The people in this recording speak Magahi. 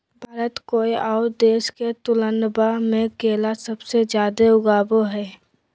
भारत कोय आउ देश के तुलनबा में केला सबसे जाड़े उगाबो हइ